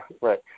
right